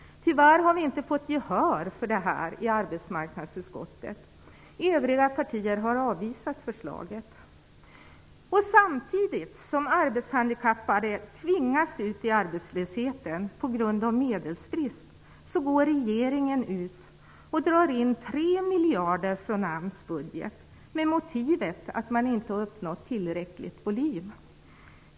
Tyvärr har vi inte fått gehör för detta i arbetsmarknadsutskottet. Övriga partier har avvisat förslaget. Samtidigt som arbetshandikappade tvingas ut i arbetslöshet på grund av medelsbrist drar regeringen in inte har uppnått tillräcklig volym.